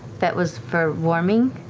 that was for warming,